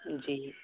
جی